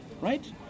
right